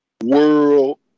World